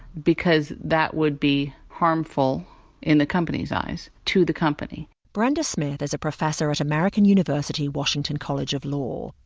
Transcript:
because that would be harmful in the company's eyes to the company. no but and smith is a professor at american university washington college of law.